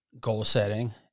goal-setting